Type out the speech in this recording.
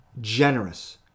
generous